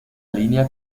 línea